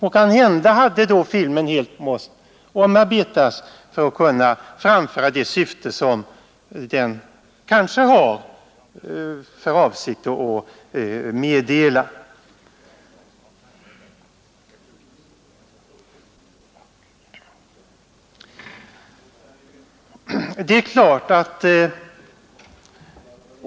Kanhända hade filmen då måst helt omarbetas för att kunna förmedla det budskap som den kanske avser att förmedla.